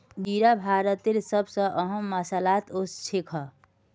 जीरा भारतेर सब स अहम मसालात ओसछेख